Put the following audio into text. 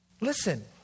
listen